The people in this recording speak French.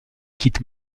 quitte